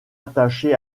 attaché